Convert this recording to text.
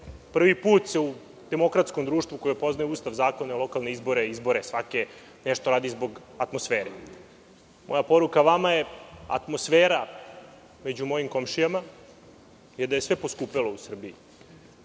Prvi put se u demokratskom društvu koje Ustav, zakone, lokalne izbore, izbore svake, nešto radi zbog atmosfere. Moja poruka vama je atmosfera među mojim komšijama je da je sve poskupelo u Srbiji.